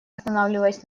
останавливаясь